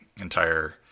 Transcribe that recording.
entire